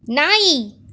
ನಾಯಿ